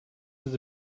his